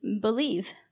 believe